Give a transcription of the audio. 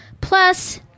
Plus